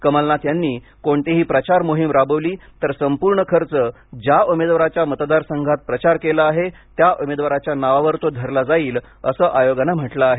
कमलनाथ यांनी कोणतीही प्रचार मोहीम राबविली तर संपूर्ण खर्च ज्या उमेदवाराच्या मतदारसंघात प्रचार केला आहे त्या उमेदवाराच्या नावावर तो धरला जाईल असं आयोगाने म्हटलं आहे